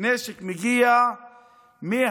נשק מגיע מהצבא.